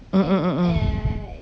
mm mm mm mm